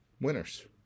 winners